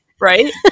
right